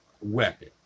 weapon